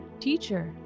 Teacher